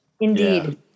Indeed